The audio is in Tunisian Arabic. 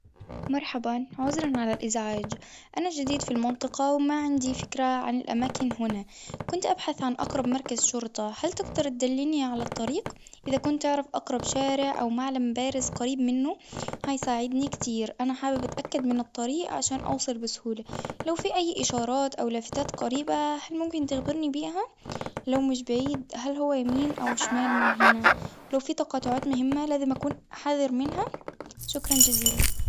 مرحبًا، عذرًا على الإزعاج أنا جديد في المنطقة وما عندي فكرة عن الاماكن هنا، كنت أبحث عن أقرب مركز شرطة هل تقدر اتدلني على الطريق؟ إذا كنت تعرف أقرب شارع أو معلم بارز قريب منه هيساعدني كتير، أنا حابب أتأكد من الطريق عشان أوصل بسهولة، لو في أي إشارات أو لافتات قريبة هل ممكن تخبرني بها؟ لو مش بعيد هل هو يمين أو شمال من هنا؟ لو في تقاطعات مهمة لازم أكون حذر منها شكرًا جزيلًا.